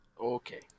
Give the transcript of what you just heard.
Okay